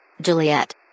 Juliet